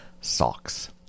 socks